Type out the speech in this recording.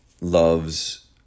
loves